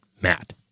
Matt